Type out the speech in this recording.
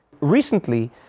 Recently